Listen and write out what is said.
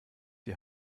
die